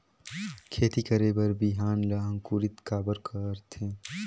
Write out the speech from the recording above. खेती करे बर बिहान ला अंकुरित काबर करथे?